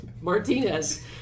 Martinez